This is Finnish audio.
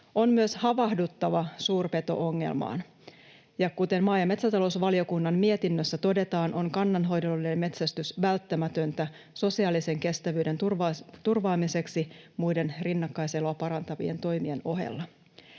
On myös havahduttava suurpeto-ongelmaan. Kuten maa- ja metsätalousvaliokunnan mietinnössä todetaan, on kannanhoidollinen metsästys välttämätöntä sosiaalisen kestävyyden turvaamiseksi muiden rinnakkaiseloa parantavien toimien ohella.